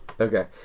Okay